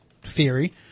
theory